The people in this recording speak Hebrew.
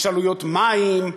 יש עלויות מים,